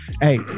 hey